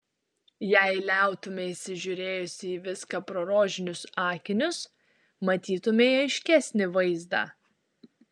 jei liautumeisi žiūrėjusi į viską pro rožinius akinius matytumei aiškesnį vaizdą